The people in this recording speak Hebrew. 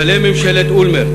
בשלהי ממשלת אולמרט,